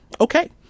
Okay